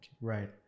Right